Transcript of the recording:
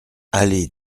allée